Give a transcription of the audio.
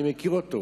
אני מכיר אותו,